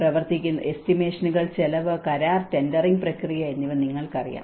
പ്രവർത്തിക്കുന്നു എസ്റ്റിമേഷനുകൾ ചെലവ് കരാർ ടെൻഡറിംഗ് പ്രക്രിയ എന്നിവ നിങ്ങൾക്കറിയാം